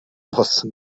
болсон